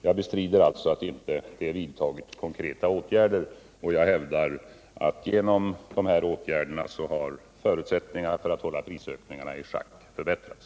Jag bestrider alltså att det inte har vidtagits konkreta åtgärder, och jag hävdar att genom de vidtagna åtgärderna förutsättningarna för att hålla prisökningarna i schack har förbättrats.